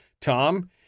tom